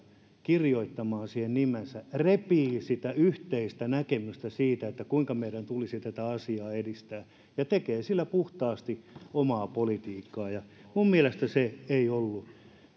kirjoittamaan siihen nimensä repii sitä yhteistä näkemystä siitä kuinka meidän tulisi tätä asiaa edistää ja tekee sillä puhtaasti omaa politiikkaa mielestäni se